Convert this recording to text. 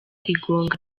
igonga